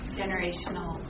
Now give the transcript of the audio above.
generational